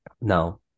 Now